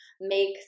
make